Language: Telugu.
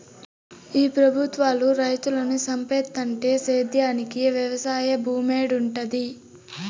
ఈ పెబుత్వాలు రైతులను సంపేత్తంటే సేద్యానికి వెవసాయ భూమేడుంటది